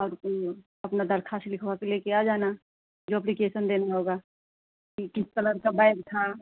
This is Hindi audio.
और अपनी दरख़्वास्त लिखवा के ले कर आ जाना जो अप्लीकेसन देने होगा कि किस कलर का बैग था